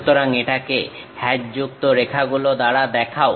সুতরাং এটাকে হ্যাচযুক্ত রেখাগুলো দ্বারা দেখাও